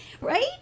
Right